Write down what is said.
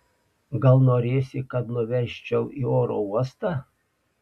gal norėsi kad nuvežčiau į oro uostą